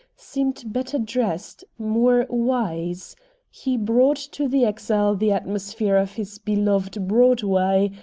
seemed better dressed, more wise he brought to the exile the atmosphere of his beloved broadway,